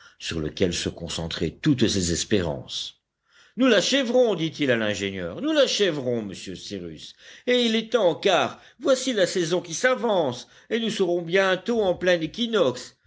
sur lequel se concentraient toutes ses espérances nous l'achèverons dit-il à l'ingénieur nous l'achèverons monsieur cyrus et il est temps car voici la saison qui s'avance et nous serons bientôt en plein équinoxe